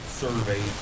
survey